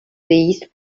these